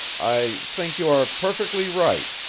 i think you are perfectly right,